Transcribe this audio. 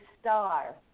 star